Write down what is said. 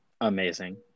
amazing